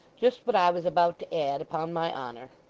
just what i was about to add, upon my honour!